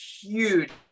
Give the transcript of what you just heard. huge